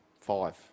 Five